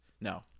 no